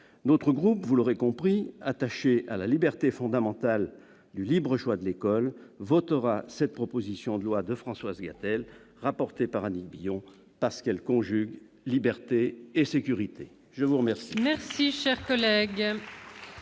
collègues, vous l'aurez compris, notre groupe, attaché à la liberté fondamentale du libre choix de l'école, votera cette proposition de loi de Françoise Gatel, rapportée par Annick Billon, parce qu'elle conjugue liberté et sécurité. La parole